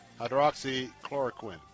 hydroxychloroquine